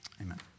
Amen